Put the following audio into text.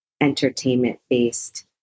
entertainment-based